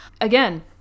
Again